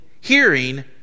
hearing